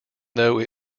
though